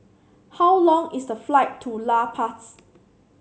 how long is the flight to La Paz